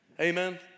Amen